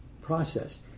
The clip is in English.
process